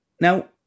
Now